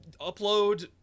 upload